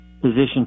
position